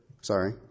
Sorry